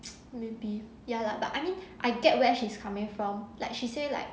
maybe ya lah but I mean I get where she's coming from like she say like